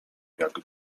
jak